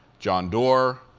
john doerr,